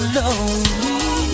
lonely